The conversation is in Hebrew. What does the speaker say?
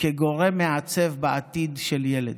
כגורם מעצב בעתיד של ילד.